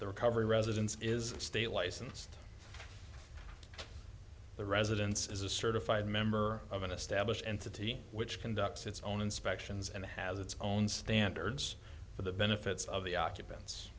the recovery residence is state licensed the residence is a certified member of an established entity which conducts its own inspections and has its own standards for the benefits of the occupants